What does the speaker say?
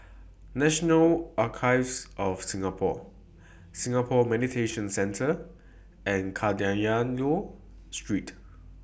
National Archives of Singapore Singapore Mediation Centre and Kadayanallur Street